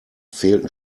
fehlten